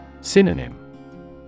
Synonym